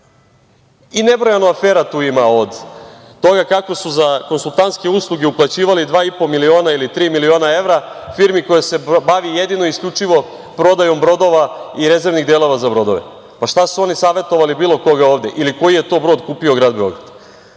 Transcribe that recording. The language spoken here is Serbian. Nebrojeno afera tu ima, od toga kako su za konsultantske usluge uplaćivali 2,5 miliona ili tri miliona evra firmi koja se bavi jedino i isključivo prodajom brodova i rezervnih delova za brodove. Pa šta su oni savetovali bilo koga ovde ili koji je to brod kupio grad Beograd?